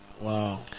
Wow